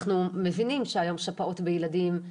אנחנו מבינים היום שפעות בילדים,